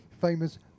famous